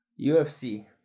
UFC